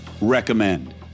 recommend